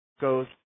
goes